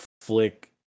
Flick